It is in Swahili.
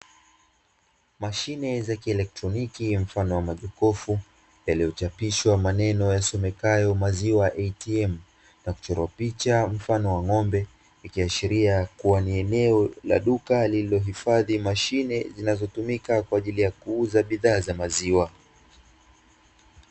Mashine za kielektroniki mfano wa majokofu, yaliyochapishwa maneno yasomekayo “maziwa ATM” na kuchorwa picha mfano wa ng’ombe, ikiashiria kuwa ni eneo la duka lililohifadhi mashine zinazotumika kwa ajili ya kuuza bidhaa za maziwa.